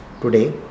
today